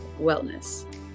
wellness